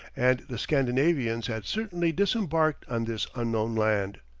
and the scandinavians had certainly disembarked on this unknown land.